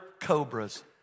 cobras